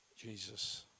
Jesus